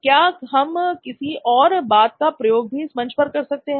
क्या हम किसी और बात का प्रयोग भी इस मंच पर कर सकते हैं